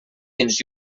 dins